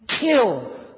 kill